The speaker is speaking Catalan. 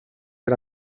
per